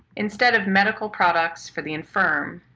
instead of medical products for the infirm,